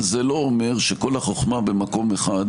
וזה לא אומר שכל החוכמה במקום אחד,